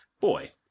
boy